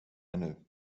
ännu